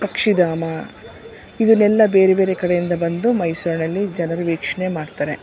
ಪಕ್ಷಿಧಾಮ ಇವನ್ನೆಲ್ಲ ಬೇರೆ ಬೇರೆ ಕಡೆಯಿಂದ ಬಂದು ಮೈಸೂರಿನಲ್ಲಿ ಜನರು ವೀಕ್ಷಣೆ ಮಾಡ್ತಾರೆ